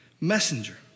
Messenger